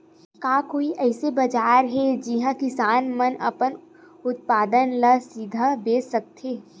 का कोई अइसे बाजार हे जिहां किसान मन अपन उत्पादन ला सीधा बेच सकथे?